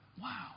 wow